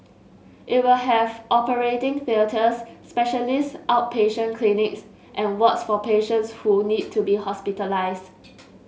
it will have operating theatres specialist outpatient clinics and wards for patients who need to be hospitalise